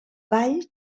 ball